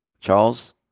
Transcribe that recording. charles